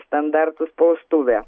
standartų spaustuvė